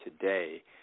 today